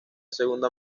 segunda